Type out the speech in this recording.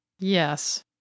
Yes